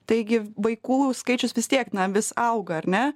taigi vaikų skaičius vis tiek na vis auga ar ne